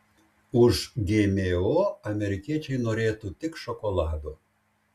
už gmo amerikiečiai norėtų tik šokolado